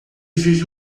vive